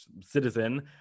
citizen